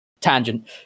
tangent